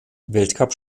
weltcup